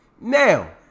Now